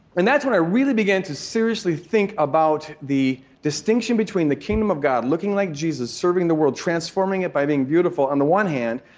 and that's when i really began to seriously think about the distinction between the kingdom of god, looking like jesus, serving the world, transforming it by being beautiful on the one hand,